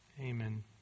Amen